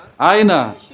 Aina